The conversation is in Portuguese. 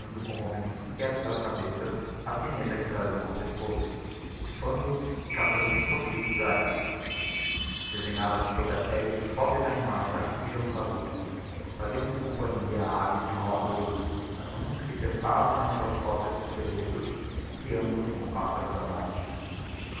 com o movimento inquieto das cabeças a sineta que traziam ao pescoço bufando e cat indo insoffridos a herva desenhava-se sob a pelle dos pobres animaes a rija ossadura faziam lhes companhia aves de máu agouro anuns que trepavam nas suas costas de esqueletos piando como pássaros da morte